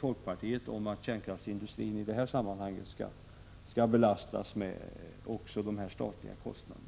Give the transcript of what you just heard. folkpartiets motionsyrkanden om att kärnkraftsindustrin skall belastas med dessa statens kostnader.